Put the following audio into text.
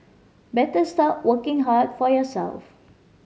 better start working hard for yourself